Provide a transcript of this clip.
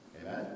Amen